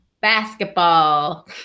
basketball